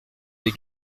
des